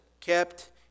kept